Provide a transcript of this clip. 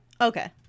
Okay